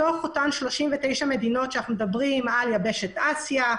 מתוך 39 המדינות ביבשת אסיה,